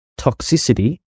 toxicity